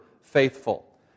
faithful